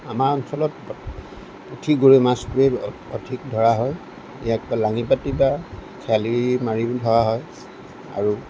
আমাৰ অঞ্চলত পুঠি গৰৈ মাছবোৰেই অধিক ধৰা হয় ইয়াক লাঙি পাতি বা শেৱালি মাৰিও ধৰা হয় আৰু